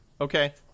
Okay